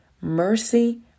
mercy